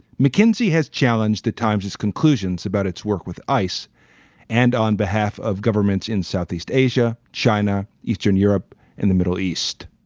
mckinsey has challenged at times its conclusions about its work with ice and on behalf of governments in southeast asia, china, eastern europe and the middle east.